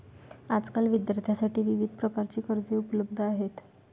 आजकाल विद्यार्थ्यांसाठी विविध प्रकारची कर्जे उपलब्ध आहेत